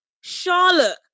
Charlotte